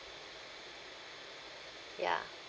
ya